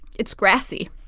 it's grassy.